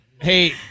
Hey